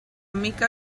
mica